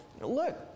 look